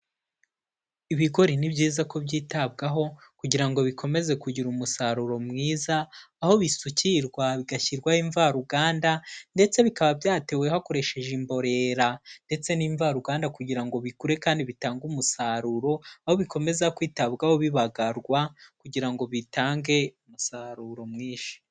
Ibigori ni byiza ko byitabwaho kugira ngo bikomeze kugira umusaruro mwiza, aho bisukirwa bigashyirwaho imvaruganda ndetse bikaba byatewe hakoreshejwe imborera ndetse n'imvaruganda kugira ngo bikure kandi bitange umusaruro, aho bikomeza kwitabwaho bibagarwa kugira ngo bitange umusaruro mwinshi.